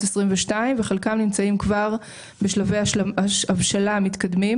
2022 וחלקם נמצאים כבר בשלבי הבשלה מתקדמים.